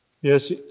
yes